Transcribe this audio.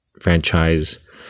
franchise